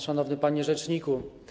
Szanowny Panie Rzeczniku!